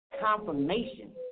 confirmation